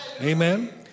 Amen